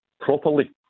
Properly